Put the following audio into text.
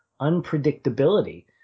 unpredictability